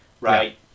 right